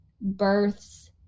births